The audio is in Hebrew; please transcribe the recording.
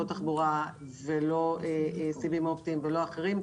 לא תחבורה ולא סיבים אופטיים ולא אחרים,